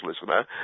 listener